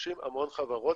פוגשים המון חברות.